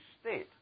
state